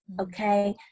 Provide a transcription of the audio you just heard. okay